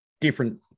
different